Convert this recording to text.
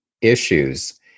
issues